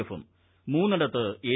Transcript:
എഫും മൂന്നിടത്ത് എൻ